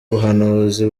buhanuzi